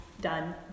done